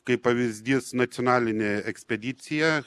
kaip pavyzdys nacionalinė ekspedicija